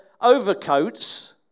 overcoats